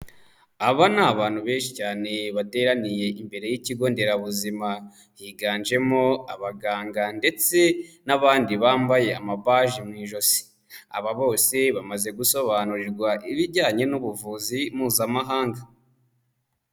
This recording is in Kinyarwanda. Aba ni abantu benshi cyane bateraniye imbere y'ikigo nderabuzima, higanjemo abaganga ndetse n'abandi bambaye amabaji mu ijosi, aba bose bamaze gusobanurirwa ibijyanye n'ubuvuzi mpuzamahanga.